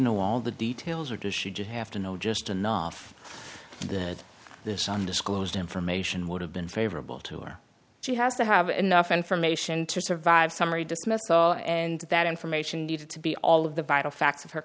know all the details or does she just have to know just enough that this undisclosed information would have been favorable to her she has to have enough information to survive summary dismissal and that information needed to be all of the vital fact